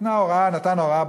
נתן הוראה,